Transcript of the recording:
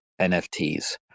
NFTs